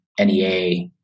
NEA